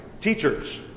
teachers